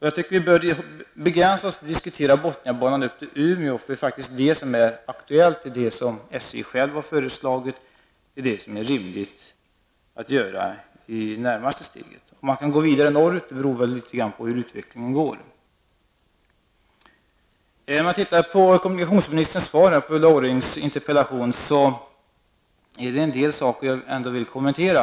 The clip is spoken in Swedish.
Jag tycker att vi bör begränsa oss till att diskutera Botniabanan upp till Umeå -- det är det som är aktuellt, det är det som SJ självt har föreslagit och det är det steget som det är rimligt att ta närmast. Om man kan gå vidare norrut beror på hur utvecklingen blir. I kommunikationsministerns svar på Ulla Orrings interpellation är det en del saker jag vill kommentera.